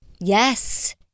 Yes